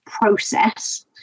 process